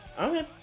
Okay